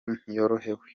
ntiyorohewe